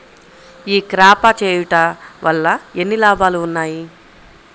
ఈ క్రాప చేయుట వల్ల ఎన్ని లాభాలు ఉన్నాయి?